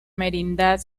merindad